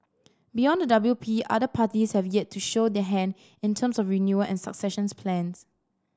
beyond the W P other parties have yet to show their hand in terms of renewal and succession plans